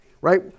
right